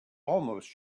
almost